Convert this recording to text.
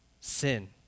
sin